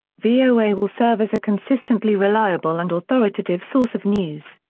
voa will serve as a consistently reliable and authoritative source of news.